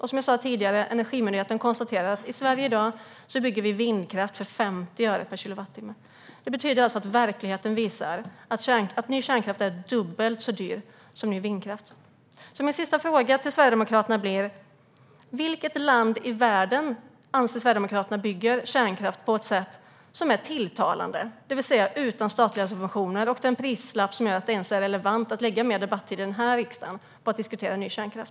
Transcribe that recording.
Som jag sa tidigare konstaterade Energimyndigheten att i Sverige i dag bygger vi vindkraft för 50 öre per kilowattimme. Det betyder att verkligheten visar att ny kärnkraft är dubbelt så dyr som ny vindkraft. Min sista fråga till Sverigedemokraterna blir: Vilket land i världen anser Sverigedemokraterna bygger kärnkraft på ett sätt som är tilltalande, det vill säga utan statliga subventioner och med en prislapp som gör att det ens är relevant att lägga mer debattid i riksdagen på att diskutera ny kärnkraft?